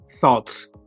Thoughts